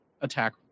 attack